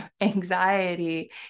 anxiety